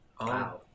Wow